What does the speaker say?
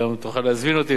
גם תוכל להזמין אותי,